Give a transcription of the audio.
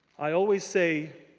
i always say,